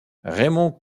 raymond